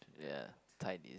ya tight is